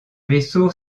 vaisseau